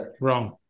Wrong